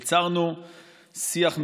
יצרנו שיח מעוות,